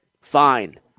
fine